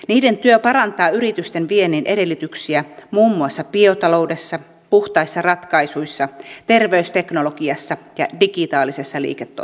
niiden työ parantaa yritysten viennin edellytyksiä muun muassa biotaloudessa puhtaissa ratkaisuissa terveysteknologiassa ja digitaalisessa liiketoiminnassa